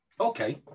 Okay